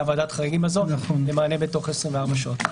ועדת החריגים הזאת ומענה בתוך 24 שעות.